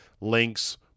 links